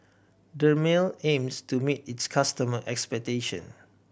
dermale aims to meet its customer expectation